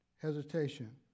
Hesitation